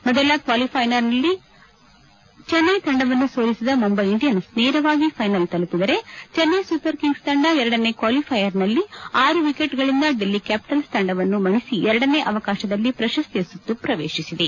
ಮೊದಲ ಕ್ವಾಲಿಫೈಯರ್ನಲ್ಲಿ ಚೆನ್ನೈ ತಂಡವನ್ನು ಸೋಲಿಸಿದ ಮುಂಬಯಿ ಇಂಡಿಯನ್ಸ್ ನೇರವಾಗಿ ಫೈನಲ್ ತಲುಪಿದರೆ ಚೆನ್ನೈ ಸೂಪರ್ ಕಿಂಗ್ಸ್ ತಂಡ ಎರಡನೇ ಕ್ವಾಲಿಫೈಯರ್ನಲ್ಲಿ ಆರು ವಿಕೆಟ್ ಗಳಿಂದ ಡೆಲ್ಲಿ ಕ್ವಾಪಿಟಲ್ಸ್ ತಂಡವನ್ನು ಮಣಿಸಿ ಎರಡನೇ ಅವಕಾಶದಲ್ಲಿ ಪ್ರಶಸ್ತಿ ಸುತ್ತು ಪ್ರವೇಶಿಸಿದೆ